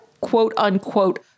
quote-unquote